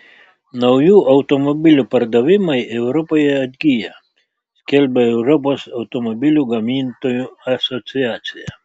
naujų automobilių pardavimai europoje atgyja skelbia europos automobilių gamintojų asociacija